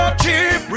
cheap